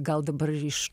gal dabar iš